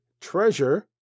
treasure